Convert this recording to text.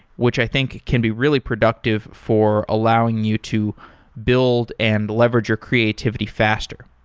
which i think can be really productive for allowing you to build and leverage your creativity faster.